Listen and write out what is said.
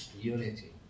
unity